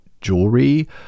jewelry